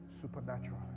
supernatural